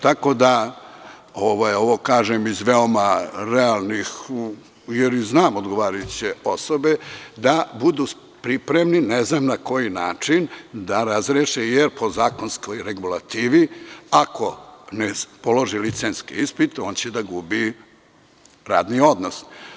Tako da ovo kažem iz veoma realnih, jer znam odgovarajuće osobe da budu pripremni, ne znam na koji način, da razreše jer po zakonskoj regulativi ako ne polože licenski ispit, on će da gubi radni odnos.